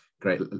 Great